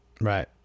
Right